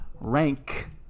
rank